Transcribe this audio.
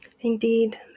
Indeed